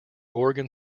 organ